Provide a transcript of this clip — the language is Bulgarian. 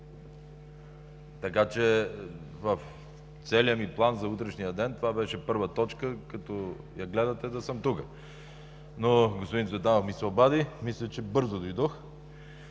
за утре. В целия ми план за утрешния ден това беше първа точка – като я гледате, да съм тук. Господин Цветанов ми се обади, мисля, че бързо дойдох.